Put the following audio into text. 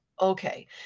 okay